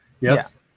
yes